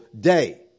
day